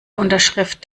unterschrift